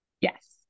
yes